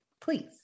please